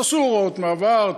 תעשו הוראות מעבר,